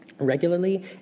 regularly